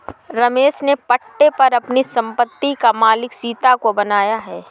रमेश ने पट्टे पर अपनी संपत्ति का मालिक सीता को बनाया है